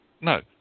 No